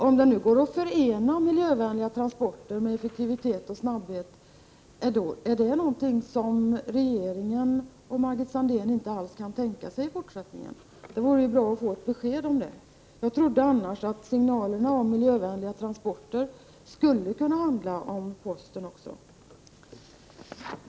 Om det nu går att förena miljövänliga transporter med effektivitet och snabbhet, är det då någonting som regeringen och Margit Sandéhn inte alls kan tänka sig i fortsättningen? Det vore bra att få ett besked om detta. Jag trodde att signalerna om miljövänliga transporter skulle kunna avse även posten.